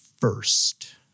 first